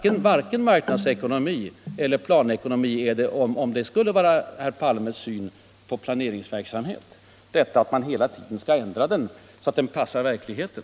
Det är varken marknadsekonomi eller planekonomi att bedriva planeringsverksamhet på sådant sätt att planerna hela tiden skall ändras så att ”de passar verkligheten”.